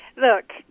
look